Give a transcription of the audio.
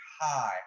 high